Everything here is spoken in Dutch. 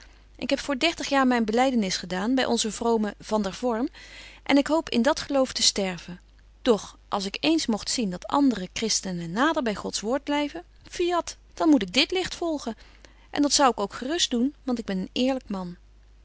ik heb voor dertig jaar myn belydenis gedaan by onzen vromen van der vorm en ik hoop in dat geloof te sterven doch als ik eens mogt zien dat andere kristenen nader by gods woord blyven fiat dan moet ik dit licht volgen en dat zou ik ook gerust doen want ik ben een eerlyk man